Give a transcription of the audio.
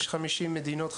יש 50 מדינות,